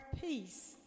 peace